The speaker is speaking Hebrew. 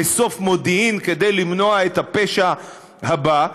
לאסוף מודיעין כדי למנוע את הפשע הבא.